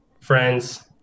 friends